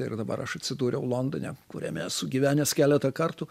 ir dabar aš atsidūriau londone kuriame esu gyvenęs keletą kartų